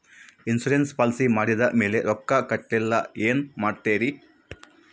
Insurance policy ಮಾಡಿದ ಮೇಲೆ ರೊಕ್ಕ ಕಟ್ಟಲಿಲ್ಲ ಏನು ಮಾಡುತ್ತೇರಿ?